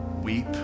weep